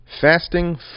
fasting